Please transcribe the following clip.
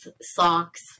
socks